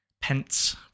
pence